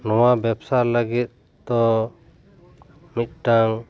ᱱᱚᱣᱟ ᱵᱮᱵᱽᱥᱟ ᱞᱟᱹᱜᱤᱫ ᱛᱚ ᱢᱤᱫᱴᱟᱝ